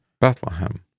Bethlehem